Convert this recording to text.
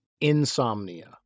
insomnia